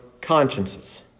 consciences